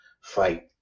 fight